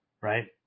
right